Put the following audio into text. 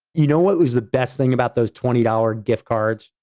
you know what was the best thing about those twenty dollars gift cards?